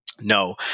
No